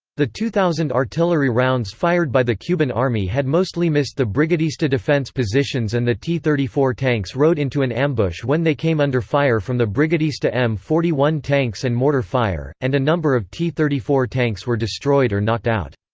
the two thousand artillery rounds fired by the cuban army had mostly missed the brigadista defense positions and the t thirty four tanks rode into an ambush when they came under fire from the brigadista m four one tanks and mortar fire, and a number of t thirty four tanks were destroyed or knocked out.